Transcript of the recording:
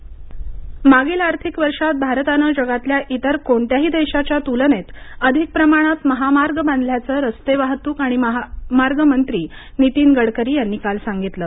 गडकरी रस्ते मागील आर्थिक वर्षात भारतानं जगातल्या इतर कोणत्याही देशाच्या तुलनेत अधिक प्रमाणात महामार्ग बांधल्याचं रस्ते वाहतूक आणि महामार्ग मंत्री नीतीन गडकरी यांनी काल सांगितलं